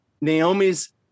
Naomi's